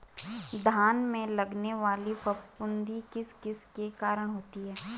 धान में लगने वाली फफूंदी किस किस के कारण होती है?